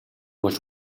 болж